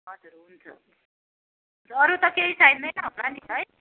हजुर हुन्छ अरू त केही चाहिँदैन होला नि है